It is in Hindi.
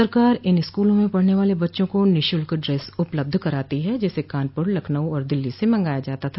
सरकार इन स्कूलों में पढ़ने वाले बच्चों को निःशुल्क ड्रेस उपलब्ध कराती है जिसे कानपुर लखनऊ और दिल्ली से मगाया जाता था